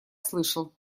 слышал